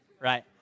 right